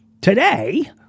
today